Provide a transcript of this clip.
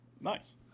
Nice